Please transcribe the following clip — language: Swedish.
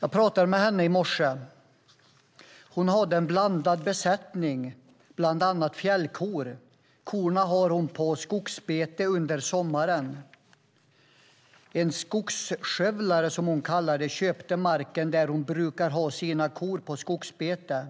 Jag pratade med henne i morse. Hon hade en blandad besättning, bland annat fjällkor. Korna har hon haft på skogsbete under sommaren. En skogsskövlare, som hon kallar det, köpte marken där hon brukade ha sina kor på skogsbete.